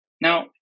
Now